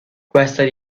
questa